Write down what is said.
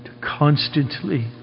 constantly